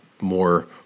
more